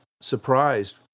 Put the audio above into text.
surprised